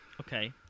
Okay